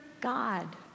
God